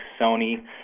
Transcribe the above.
Sony